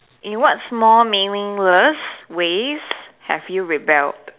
in what small meaningless ways have you rebelled